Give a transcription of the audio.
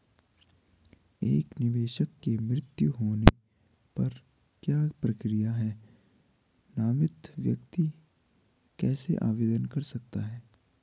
एक निवेशक के मृत्यु होने पर क्या प्रक्रिया है नामित व्यक्ति कैसे आवेदन कर सकता है?